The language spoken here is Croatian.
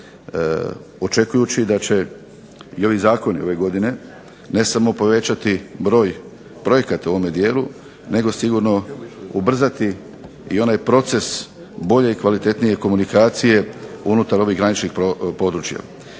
očekujući da će i ovi zakoni ove godine ne samo povećati broj projekata u ovome dijelu nego sigurno ubrzati i onaj proces bolje i kvalitetnije komunikacije unutar ovih graničnih područja.